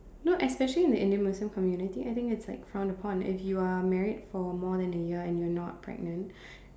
no especially in the Indian Muslim community I think it's like frowned upon if you are married for more than a year and you are not pregnant